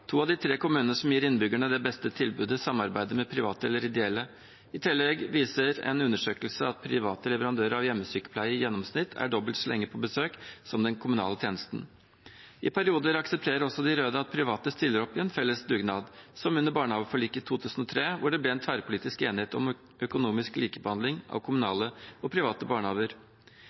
To av de tre kommunene som gir innbyggerne det beste tilbudet, samarbeider med private eller ideelle. I tillegg viser en undersøkelse at private leverandører av hjemmesykepleie i gjennomsnitt er dobbelt så lenge på besøk som den kommunale tjenesten. I perioder aksepterer også de røde at private stiller opp i en felles dugnad, som under barnehageforliket i 2003, hvor det ble tverrpolitisk enighet om økonomisk likebehandling av kommunale og private barnehager.